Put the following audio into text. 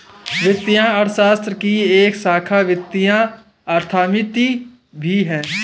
वित्तीय अर्थशास्त्र की एक शाखा वित्तीय अर्थमिति भी है